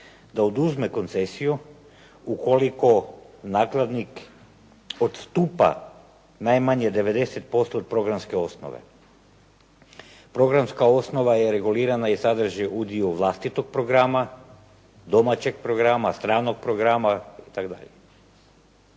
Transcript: da oduzme koncesiju ukoliko nakladnik odstupa najmanje 90% od programske osnove. Programska osnova je regulirana i sadrži udio vlastitog programa, domaćeg programa, stranog programa itd.